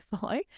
follow